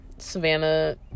savannah